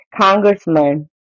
congressman